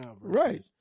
Right